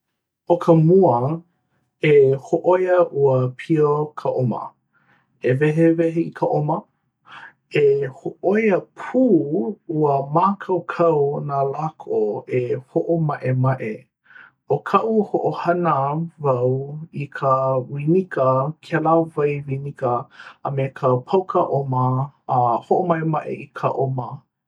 ʻo ka mua, e hōʻoia ua pio ka ʻoma e wehe i ka ʻoma. e hōʻoia pū ua mākaukau nā lako e hoʻomaʻemaʻe ʻo kaʻu hoʻohana wau i ka winika kēlā wai winika a me ka pauka ʻoma e hoʻomaʻemaʻe i ka ʻoma